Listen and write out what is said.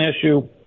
issue